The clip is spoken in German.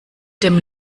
dem